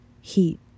heat